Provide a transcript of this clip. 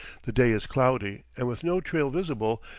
the day is cloudy, and with no trail visible,